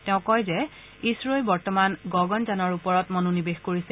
তেওঁ লগতে কয় যে ইছৰই বৰ্তমান গগণযানৰ ওপৰত মনোনিবেশ কৰিছে